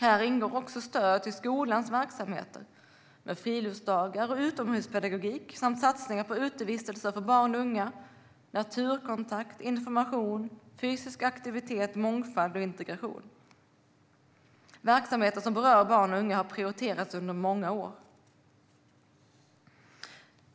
Här ingår också stöd till skolans verksamheter med friluftsdagar och utomhuspedagogik samt satsningar på utevistelse för barn och unga, naturkontakt, information, fysisk aktivitet, mångfald och integration. Verksamheter som berör barn och unga har prioriterats under många år.